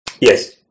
Yes